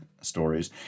stories